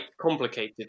complicated